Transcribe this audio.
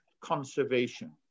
conservation